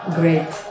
great